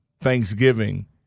Thanksgiving